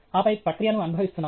ఆపై ప్రక్రియను అనుభవిస్తున్నారు